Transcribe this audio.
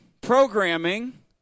programming